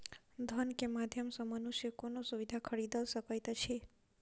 धन के माध्यम सॅ मनुष्य कोनो सुविधा खरीदल सकैत अछि